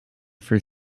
for